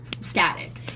static